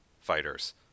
fighters